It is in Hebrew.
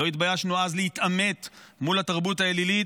לא התביישנו אז להתעמת עם התרבות האלילית,